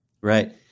Right